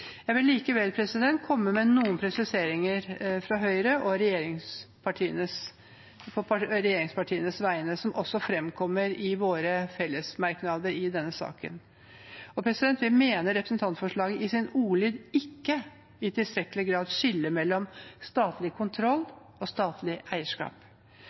fremkommer i våre fellesmerknader i denne saken. Vi mener representantforslaget i sin ordlyd ikke i tilstrekkelig grad skiller mellom statlig kontroll og statlig eierskap.